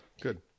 good